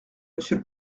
monsieur